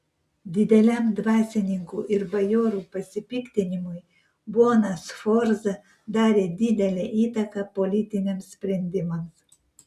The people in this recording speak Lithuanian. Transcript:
dideliam dvasininkų ir bajorų pasipiktinimui bona sforza darė didelę įtaką politiniams sprendimams